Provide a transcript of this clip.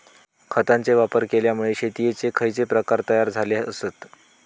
खतांचे वापर केल्यामुळे शेतीयेचे खैचे प्रकार तयार झाले आसत?